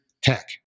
tech